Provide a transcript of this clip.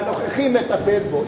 והנוכחי מטפל בו,